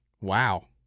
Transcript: Wow